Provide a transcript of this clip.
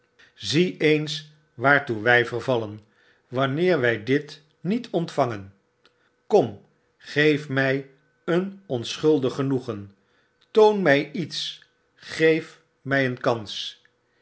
zie eens waarfcoe wy vervallen wanneer wy dit niet ontvangen kom geef my een onschuldig genoegen toon mij iets geef my een kans